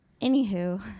anywho